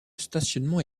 stationnement